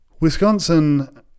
Wisconsin